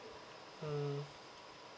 mm